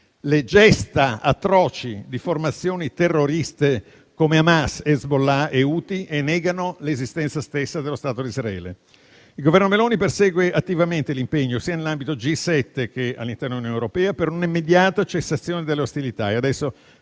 le gesta atroci di formazioni terroriste come Hamas, Hezbollah e Houthi e negano l'esistenza stessa dello Stato d'Israele. Il Governo Meloni persegue attivamente l'impegno sia nell'ambito del G7, che all'interno dell'Unione europea, per un'immediata cessazione delle ostilità. Il